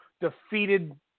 defeated